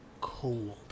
cold